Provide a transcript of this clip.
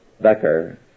Becker